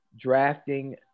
drafting